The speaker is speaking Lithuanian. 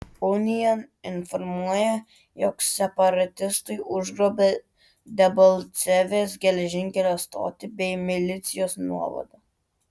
unian informuoja jog separatistai užgrobė debalcevės geležinkelio stotį bei milicijos nuovadą